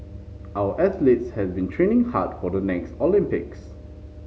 our athletes have been training hard for the next Olympics